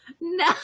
no